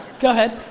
go ahead.